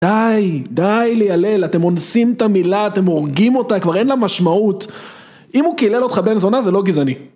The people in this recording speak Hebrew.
די, די לילל, אתם אונסים את המילה, אתם הורגים אותה, כבר אין לה משמעות. אם הוא קילל אותך בן זונה, זה לא גזעני.